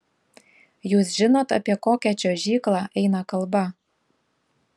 jūs žinot apie kokią čiuožyklą eina kalba